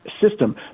system